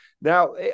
Now